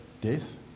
death